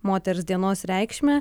moters dienos reikšmę